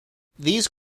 these